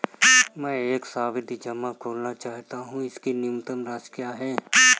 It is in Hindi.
मैं एक सावधि जमा खोलना चाहता हूं इसकी न्यूनतम राशि क्या है?